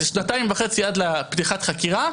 איזה שנתיים וחצי עד לפתיחת חקירה,